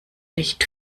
nicht